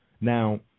now